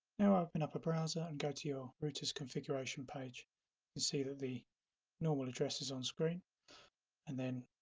now open up a browser and go to your routers configuration page and see that the normal addresses on-screen and then